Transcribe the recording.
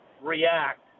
react